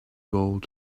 gold